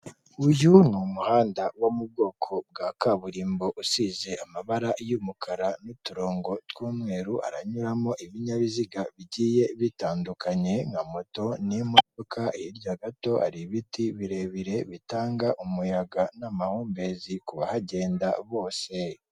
Uyu ni umuhanda wo mu bwoko bwa kaburimbo usize amabara y'umukara n'uturongo tw'umweru, haranyuramo ibinyabiziga bigiye bitandukanye nka moto n'imodoka, hirya gato hari ibiti birebire bitanga umuyaga n'amahumbezi ku bahagenda bose.